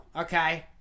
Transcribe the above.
Okay